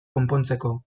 konpontzeko